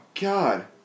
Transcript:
god